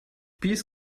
bees